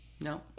No